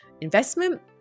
investment